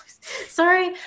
Sorry